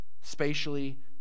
spatially